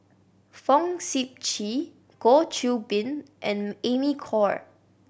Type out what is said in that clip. Fong Sip Chee Goh Qiu Bin and Amy Khor